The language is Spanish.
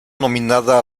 nominada